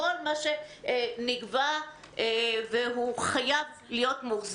לא על כל מה שנגבה וחייב להיות מוחזר.